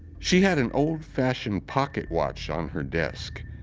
she had an oldfashioned pocket watch on her desk,